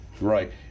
Right